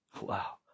wow